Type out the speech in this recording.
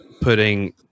putting